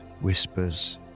whispers